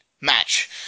match